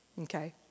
Okay